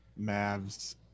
Mavs